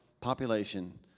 population